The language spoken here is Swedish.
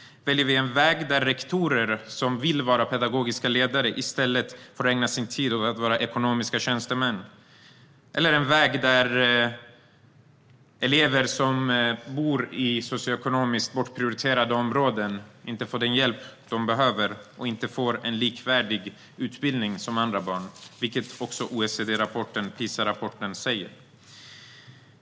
Väljer vi en väg där rektorer som vill vara pedagogiska ledare i stället får ägna sin tid åt att vara ekonomiska tjänstemän? Eller väljer vi en väg där elever i socioekonomiskt bortprioriterade områden inte får den hjälp de behöver och inte får en likvärdig utbildning jämfört med andra barn? Detta sägs också i OECD:s PISA-rapport.